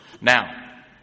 Now